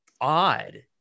odd